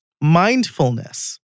mindfulness